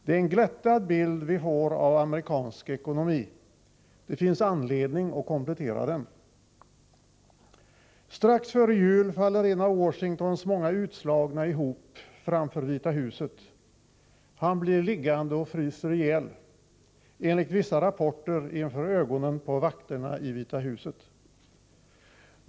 Det är en glättad bild vi får av amerikansk ekonomi. Det finns anledning att komplettera den. Strax före jul faller en av Washingtons många utslagna ihop framför Vita huset. Han blir liggande och fryser ihjäl — enligt vissa rapporter inför ögonen på vakterna i Vita huset.